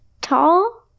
tall